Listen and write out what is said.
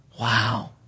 Wow